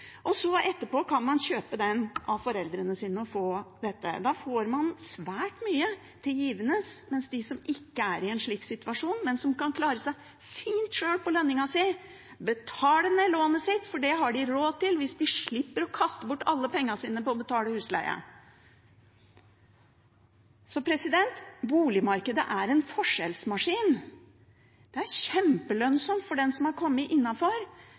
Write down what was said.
etterpå kjøpe den av foreldrene sine. Da får man svært mye til givende. Men det finnes også dem som ikke er i en slik situasjon, men som kan klare seg fint sjøl på lønningen sin og betale ned lånet sitt, for det har de råd til hvis de slipper å kaste bort alle pengene sine på å betale husleie. Så boligmarkedet er en forskjellsmaskin. Det er kjempelønnsomt for den som har kommet